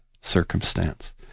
circumstance